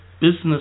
Business